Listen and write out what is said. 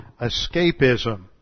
escapism